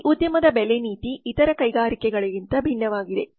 ಈ ಉದ್ಯಮದ ಬೆಲೆ ನೀತಿ ಇತರ ಕೈಗಾರಿಕೆಗಳಿಗಿಂತ ಭಿನ್ನವಾಗಿದೆ